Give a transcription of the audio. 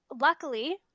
luckily